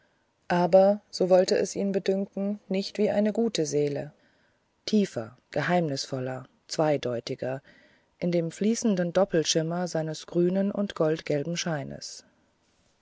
aber so wollte es ihn bedünken nicht wie eine gute seele tiefer geheimnisvoller zweideutiger in dem fließenden doppelschimmer seines grünen und goldgelben scheines